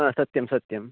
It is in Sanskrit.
हा सत्यं सत्यं